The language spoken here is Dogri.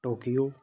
टोक्यो